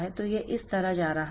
तो यह इस तरह जा रहा है